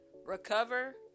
Recover